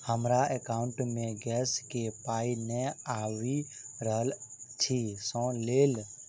हमरा एकाउंट मे गैस केँ पाई नै आबि रहल छी सँ लेल?